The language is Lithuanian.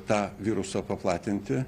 tą virusą paplatinti